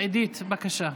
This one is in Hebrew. עידית, בבקשה.